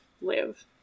live